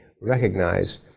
recognize